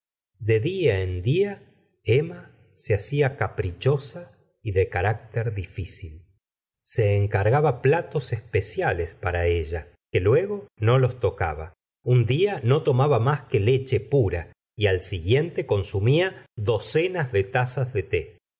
de día en día emma se hacia caprichosa y de caracter tliffeil se encargaba platos especiales para ella qu'éturgo no los tocaba un día no tomaba más que leche pura y al siguiente consumía docenas de tazas de té